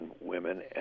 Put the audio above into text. women